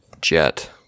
jet